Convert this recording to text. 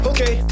Okay